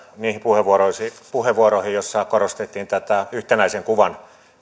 niihin puheenvuoroihin joissa korostettiin tätä yhtenäisen kuvan